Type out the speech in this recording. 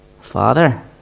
Father